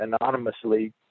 anonymously